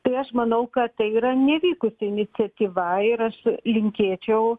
tai aš manau kad tai yra nevykusi iniciatyva ir aš linkėčiau